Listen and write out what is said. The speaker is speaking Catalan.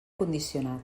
condicionat